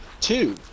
two